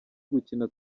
gukina